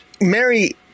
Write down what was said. Mary